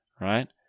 right